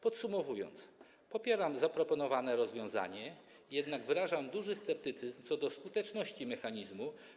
Podsumowując, popieram zaproponowane rozwiązanie, jednak wyrażam duży sceptycyzm co do skuteczności mechanizmu.